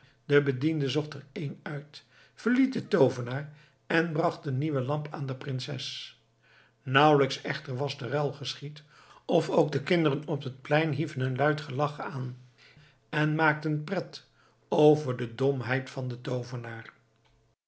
de bediende zocht er een uit verliet den toovenaar en bracht de nieuwe lamp aan de prinses nauwelijks echter was de ruil geschied of ook de kinderen op het plein hieven een luid gelach aan en maakten pret over de domheid van den toovenaar